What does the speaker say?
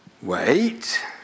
Wait